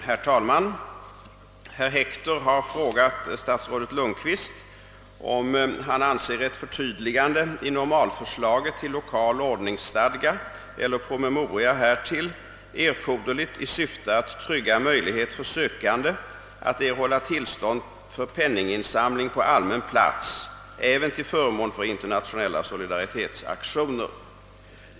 Herr talman! Herr Hector har frågat statsrådet Lundkvist, om han anser ett förtydligande i normalförslaget till 1okal ordningsstadga eller promemoria härtill erforderligt i syfte att trygga möjlighet för sökande att erhålla till stånd för penninginsamling på allmän plats även till förmån för internationella solidaritetsaktioner.